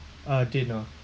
uh dinner